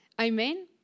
Amen